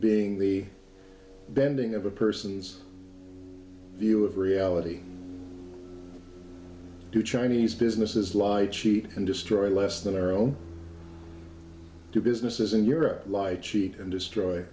being the bending of a person's view of reality do chinese businesses lie cheat and destroy less than our own do businesses in europe lie cheat and destroy